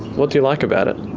what do you like about it?